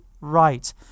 right